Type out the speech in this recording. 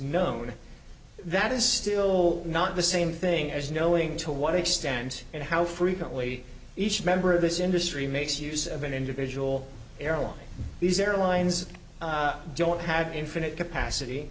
known that is still not the same thing as knowing to what extent and how frequently each member of this industry makes use of an individual airline these airlines don't have infinite